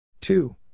two